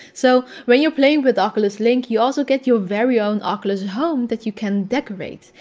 so! when you're playing with oculus link, you also get your very own oculus home that you can decorate.